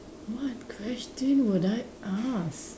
what question would I ask